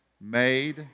made